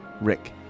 Rick